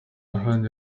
ahandi